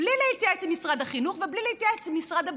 בלי להתייעץ עם משרד החינוך ובלי להתייעץ עם משרד הבריאות.